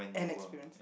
and experience